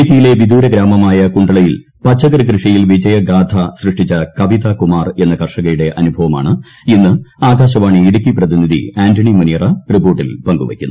ഇടുക്കിയിലെ വിദൂര ഗ്രാമമായ കുണ്ട്ളയിൽ പച്ചക്കറി കൃഷിയിൽ വിജയഗാഥ സൃഷ്ടിച്ച കവിതാകുമാർ ് എന്ന കർഷകയുടെ അനുഭവമാണ് ഇന്ന് ആകാശവാണി ഇടുക്കി പ്രതിനിധി ആന്റണി മൂനിയറ റിപ്പോർട്ടിൽ പങ്കുവയ്ക്കുന്നത്